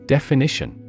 Definition